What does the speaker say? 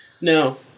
No